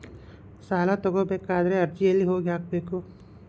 ಸಾಲ ತಗೋಬೇಕಾದ್ರೆ ಅರ್ಜಿ ಎಲ್ಲಿ ಹೋಗಿ ಹಾಕಬೇಕು?